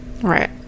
right